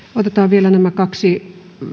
vielä nämä kaksi